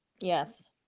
Yes